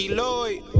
Lloyd